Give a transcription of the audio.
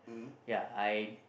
ya I